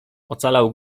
ocalał